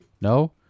No